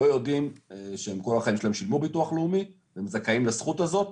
אנשים לא יודעים שכל החיים שלהם שילמו ביטוח לאומי והם זכאים לזכות הזו,